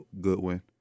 Goodwin